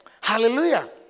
Hallelujah